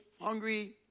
hungry